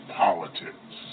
politics